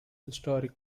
historic